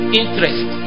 interest